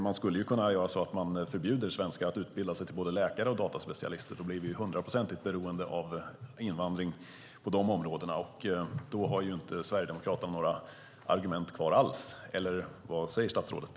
Man skulle kunna göra så att man förbjuder svenskar att utbilda sig till både läkare och dataspecialister, så blir vi hundraprocentigt beroende av invandring på de områdena, och då har Sverigedemokraterna inte några argument kvar alls, eller vad säger statsrådet?